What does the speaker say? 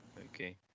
okay